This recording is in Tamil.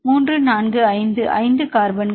3 4 5 5 கார்பன்கள்